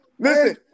Listen